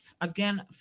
Again